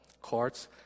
courts